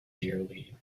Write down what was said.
dearly